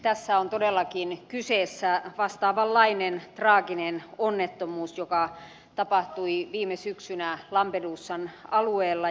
tässä on todellakin kyseessä vastaavanlainen traaginen onnettomuus joka tapahtui viime syksynä lampedusan alueella